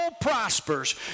prospers